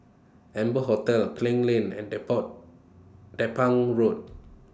Amber Hotel Klang Lane and Depot Road